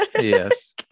Yes